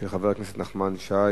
של חבר הכנסת נחמן שי: